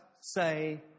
say